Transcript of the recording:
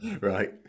Right